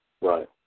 Right